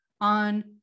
on